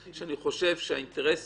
כשאני חושב שהאינטרס